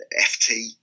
FT